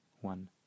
one